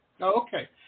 Okay